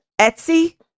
etsy